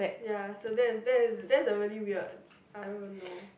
ya so that's that's a that's a really weird I won't even know